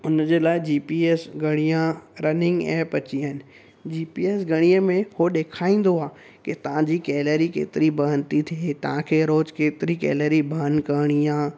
उनजे लाइ G P S घड़ीयां रनिंग एप अची विया आहिनि जी पी एस घड़ीअ में उहो ॾेखारींईंदो आहे के तव्हांजी कैलरी केतिरी बर्न थी थिए तांखे रोज केतिरी कैलरी बर्न करणी आहे